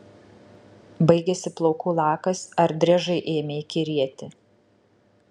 baigėsi plaukų lakas ar driežai ėmė įkyrėti